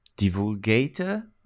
divulgator